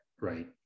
right